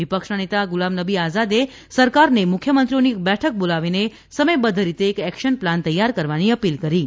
વિપક્ષના નેતા ગુલામનબી આઝાદે સરકારને મુખ્યમંત્રીઓની એક બેઠક બોલાવીને સમયબદ્ધ રીતે એક એકશન પ્લાન તૈયાર કરવાની અપીલ કરી હતી